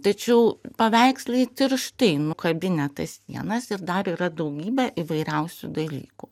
tačiau paveikslai tirštai nukabinę tas dienas ir dar yra daugybė įvairiausių dalykų